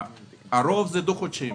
הרוב מדווחים דו-חודשית.